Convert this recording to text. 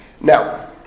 Now